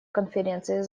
конференции